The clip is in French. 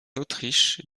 autriche